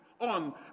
on